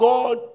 God